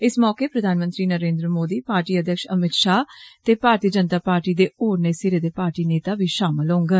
इस मौके प्रधानमंत्री नरेन्द्र मोदी पार्टी अध्यक्ष अमित षाह ते भारती जनता पार्टी दे होरनें सीरें दे पार्टी नेता बी षामल होंगन